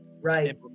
right